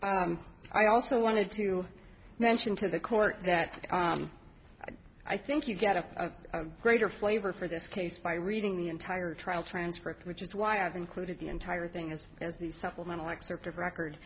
do i also wanted to mention to the court that i think you get a greater flavor for this case by reading the entire trial transcript which is why i've included the entire thing as as the supplemental excerpt of record